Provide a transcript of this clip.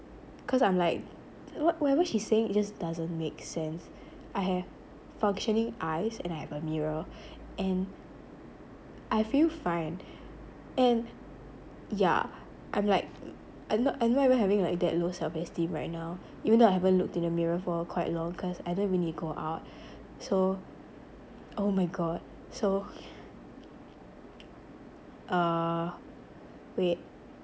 cause I'm like wh~ whatever she's saying it just doesn't make sense I have functioning eyes and I have a mirror and I feel fine and yeah I'm like I'm not I'm not even having like that low self-esteem right now even though I haven't looked in the mirror for quite long cause I don't have a need to go out so oh my god so uh wait